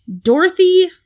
dorothy